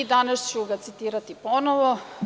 Danas ću ga citirati ponovo.